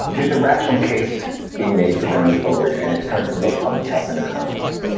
there's a rational case being made for going forward and it's coming from both public health and economists.